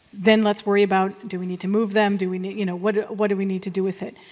then let's worry about do we need to move them? do we need you know what what do we need to do with it?